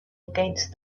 against